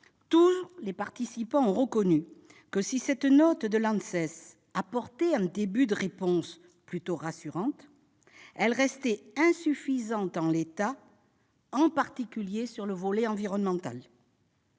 Deuxièmement, tous ont reconnu que cette note de l'ANSES, qui apporte un début de réponse plutôt rassurante, restait insuffisante en l'état, en particulier sur le volet environnemental.